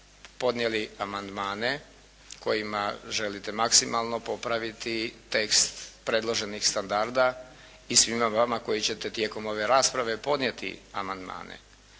podnijeli amandmane kojima želite maksimalno popraviti tekst predloženih standarda i svima vama koji ćete tijekom ove rasprave podnijeti amandmane.